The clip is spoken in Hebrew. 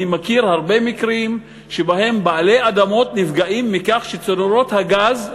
אני מכיר הרבה מקרים שבהם בעלי אדמות נפגעים מכך שצינורות הגז,